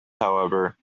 however